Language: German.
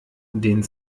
den